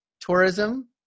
tourism